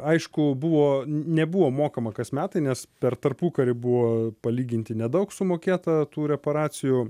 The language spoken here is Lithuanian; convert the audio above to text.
aišku buvo n nebuvo mokama kas metai nes per tarpukarį buvo palyginti nedaug sumokėta tų reparacijų